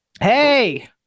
Hey